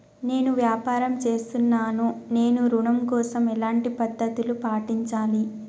నేను వ్యాపారం చేస్తున్నాను నేను ఋణం కోసం ఎలాంటి పద్దతులు పాటించాలి?